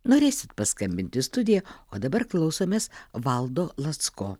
norėsit paskambint į studiją o dabar klausomės valdo lacko